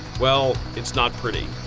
well, it's not pretty.